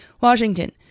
washington